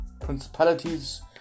principalities